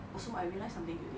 also I realised something today